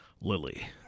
Lily